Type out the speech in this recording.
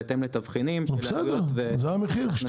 בהתאם לתבחינים של עלויות והכנסות והוצאות.